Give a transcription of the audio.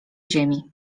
ziemi